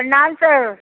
प्रणाम सर